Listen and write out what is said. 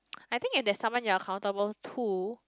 I think if there's someone you're accountable to